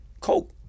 coke